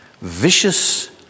vicious